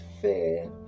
fair